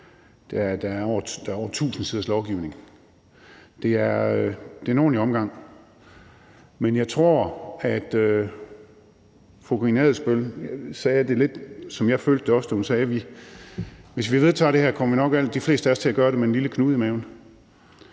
der er over tusind siders lovgivning. Det er en ordentlig omgang, men jeg tror, at fru Karina Adsbøl sagde det lidt, som jeg følte det, da hun sagde, at hvis vi vedtager det her, kommer de fleste af os nok til at gøre det med en lille knude i maven.